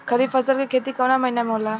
खरीफ फसल के खेती कवना महीना में होला?